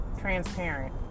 Transparent